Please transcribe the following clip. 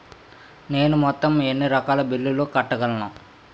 నేను మొత్తం ఎన్ని రకాల బిల్లులు కట్టగలను?